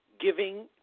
giving